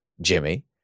Jimmy